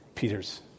Peter's